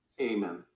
Amen